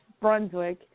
Brunswick